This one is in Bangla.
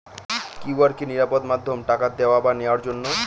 কিউ.আর কি নিরাপদ মাধ্যম টাকা দেওয়া বা নেওয়ার জন্য?